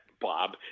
Bob